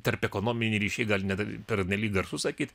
tarpekonominiai ryšiai gal net pernelyg garsu sakyti